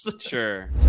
Sure